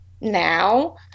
now